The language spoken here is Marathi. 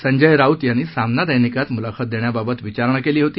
संजय राऊत यांनी सामना दैनिकात मुलाखत देण्याबाबत विचारणा केली होती